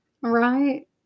Right